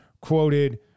quoted